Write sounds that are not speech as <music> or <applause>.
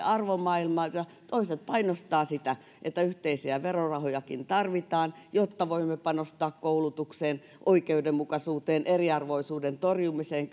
<unintelligible> arvomaailmoja toiset painottavat sitä että yhteisiä verorahojakin tarvitaan jotta voimme panostaa koulutukseen oikeudenmukaisuuteen eriarvoisuuden torjumiseen <unintelligible>